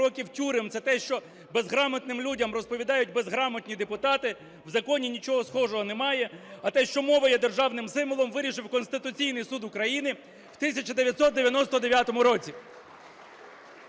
це те, що безграмотним людям розповідають безграмотні депутати, в законі нічого схожого немає. А те, що мова є державним символом, вирішив Конституційний Суд України в 1999 році.